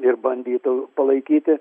ir bandytų palaikyti